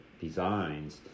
designs